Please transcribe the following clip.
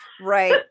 Right